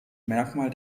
merkmal